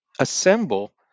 assemble